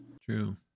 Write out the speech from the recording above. True